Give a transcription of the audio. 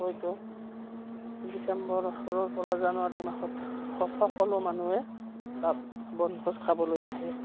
হয়তো ডিচেম্বৰৰপৰা জানুৱাৰী মাহত সকলো মানুহে তাত বনভোজ খাবলৈ আহে